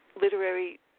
literary